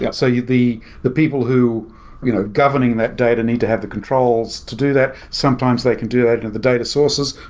yeah so the the people who you know governing that data need to have the controls to do that, sometimes they can do that into the data sources,